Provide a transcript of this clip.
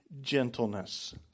gentleness